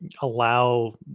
allow –